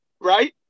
right